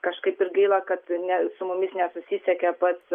kažkaip ir gaila kad ne su mumis nesusisiekė pats